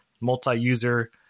multi-user